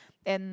and